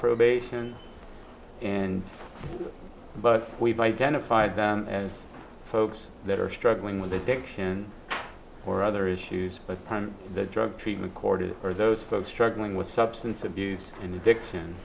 probation and but we've identified them and folks that are struggling with addiction or other issues but the drug treatment corded are those folks struggling with substance abuse and addiction